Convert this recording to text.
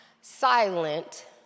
silent